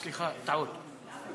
סליחה, טעות.